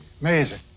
Amazing